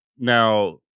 Now